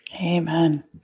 amen